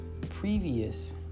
previous